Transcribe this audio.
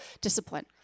discipline